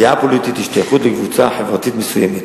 דעה פוליטית והשתייכות לקבוצה חברתית מסוימת.